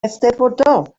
eisteddfodol